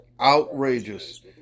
Outrageous